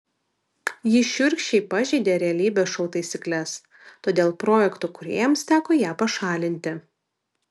ji šiurkščiai pažeidė realybės šou taisykles todėl projekto kūrėjams teko ją pašalinti